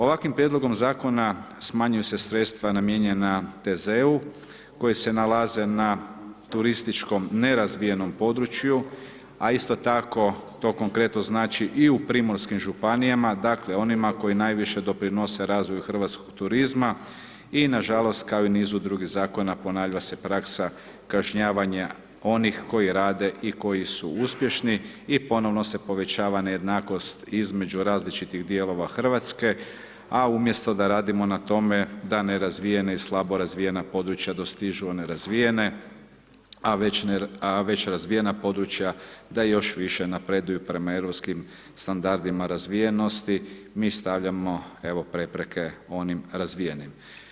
Ovakvim prijedlogom zakona smanjuju se sredstva namijenjena TZ-u koji se nalaze na turističkom nerazvijenom području, a isto tako to konkretno znači i u primorskim županijama, dakle onima koje najviše doprinose razvoju hrvatskog turizma i na žalost, kao u nizu drugih zakona ponavlja se praksa kažnjavanja onih koji rade i koji su uspješni i ponovno se povećava nejednakost između različnih dijelova Hrvatske, a umjesto da radimo na tome da nerazvijene i slabo razvijena područja dostižu one razvijene, a već razvijena područja da još više napreduju prema europskim standardima razvijenosti, mi stavljamo evo, prepreke onim razvijenim.